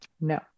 No